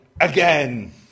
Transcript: again